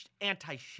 anti-shit